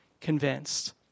convinced